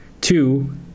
Two